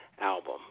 album